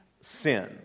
sin